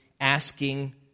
asking